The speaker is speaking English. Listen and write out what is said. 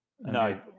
No